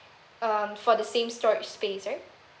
um for the same storage space right